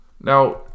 Now